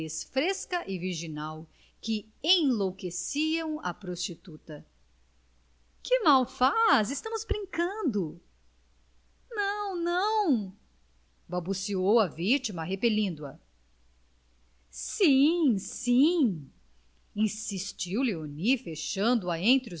fresca e virginal que enlouqueciam a prostituta que mal faz estamos brincando não não balbuciou a vitima repelindo a sim sim insistiu léonie fechando a entre